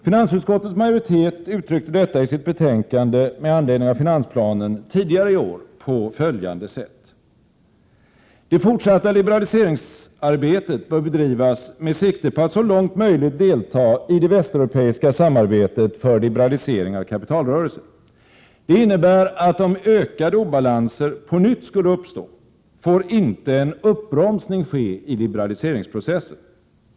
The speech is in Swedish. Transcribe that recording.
Finansutskottets majoritet uttryckte detta i sitt betänkande med anledning av finansplanen tidigare i år på följande sätt: ”Det fortsatta liberaliseringsarbetet bör drivas med sikte på att så långt 45 möjligt delta i det västeuropeiska samarbetet för liberalisering av kapitalrörelser. Det innebär att om ökade obalanser på nytt skulle uppstå får inte en uppbromsning ske i liberaliseringsprocessen.